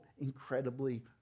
incredibly